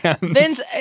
Vince